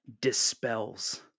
dispels